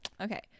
Okay